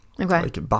Okay